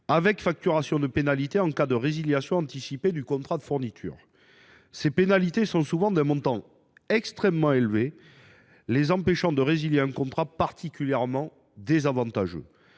étant facturées en cas de résiliation anticipée du contrat de fourniture. Ces pénalités étant souvent d’un montant extrêmement élevé, elles les empêchent de résilier un contrat particulièrement désavantageux.